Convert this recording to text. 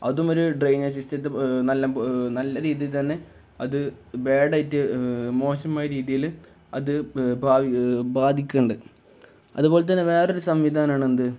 അതുമൊരു drainage സിസ്റ്റത്തെ നല്ല നല്ല രീതിയിൽ തന്നെ അത് ബാഡായിട്ട് മോശമായ രീതിയില് അതു ബാധിക്കുന്നുണ്ട് അതുപോലെ തന്നെ വേറൊരു സംവിധാനമാണെന്ത്